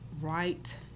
Right